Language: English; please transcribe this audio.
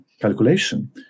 calculation